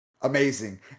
amazing